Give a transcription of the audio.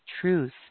truth